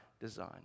design